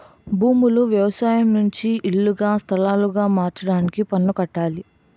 భూములు వ్యవసాయం నుంచి ఇల్లుగా స్థలాలుగా మార్చడానికి పన్ను కట్టాలి